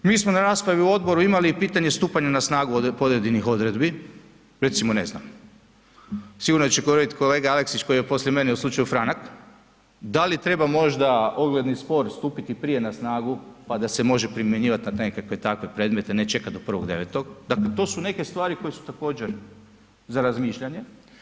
Mi smo na raspravi u odboru imali i pitanje stupanja na snagu pojedinih odredbi, recimo ne znam, sigurno će …/nerazumljivo/… kolega Aleksić je poslije mene u slučaju Franak, da li treba možda ogledni spor stupiti prije na snagu pa da se može primjenjivat na nekakve takve predmete, ne čekat do 1.9., dakle to su neke stvari koje su također za razmišljanje.